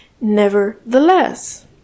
nevertheless